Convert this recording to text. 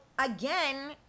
Again